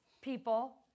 people